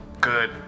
Good